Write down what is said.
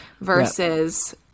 versus